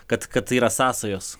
kad kad tai yra sąsajos